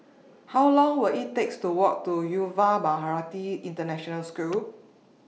How Long Will IT Take to Walk to Yuva Bharati International School